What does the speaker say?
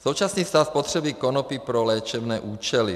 Současný stav potřeby konopí pro léčebné účely.